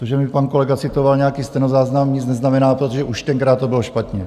To, že mi pan kolega citoval nějaký stenozáznam, nic neznamená, protože už tenkrát to bylo špatně.